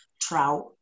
trout